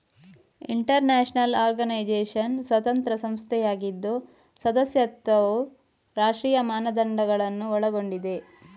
inter national organization ಸ್ವತಂತ್ರ ಸಂಸ್ಥೆಯಾಗಿದ್ದು ಸದಸ್ಯತ್ವವು ರಾಷ್ಟ್ರೀಯ ಮಾನದಂಡಗಳನ್ನು ಒಳಗೊಂಡಿದೆ